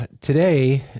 today